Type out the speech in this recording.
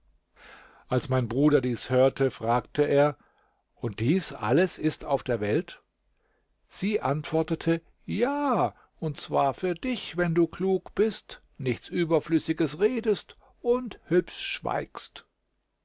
als mein bruder dies hörte fragte er und dies alles ist auf der welt sie antwortete ja und zwar für dich wenn du klug bist nichts überflüssiges redest und hübsch schweigst